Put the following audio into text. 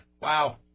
Wow